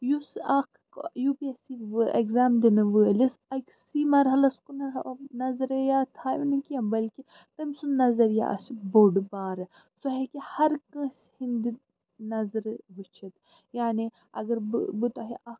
یُس اَکھ ٲں یوٗ پی ایٚس سی ٲں ایٚگزام دِنہٕ وٲلِس أکسٕے مَرحلَس کُن نظریات تھایہِ نہٕ کیٚنٛہہ بٔلکہِ تٔمۍ سُنٛد نظریہ آسہِ بوٚڑ بارٕ سُہ ہیٚکہِ ہَر کٲنٛسہِ ہنٛدِ نظرِ وُچھِتھ یعنی اگر بہٕ بہٕ تۄہہِ اَکھ